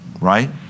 Right